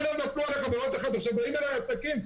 עכשיו באים אליי עסקים,